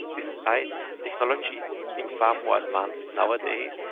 despite technology being far more advanced nowadays,